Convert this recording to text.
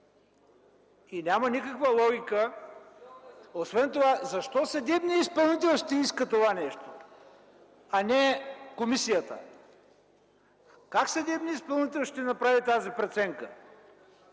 и няма никаква логика. Освен това, защо съдебният изпълнител ще иска това нещо, а не комисията? Как съдебният изпълнител ще направи тази преценка?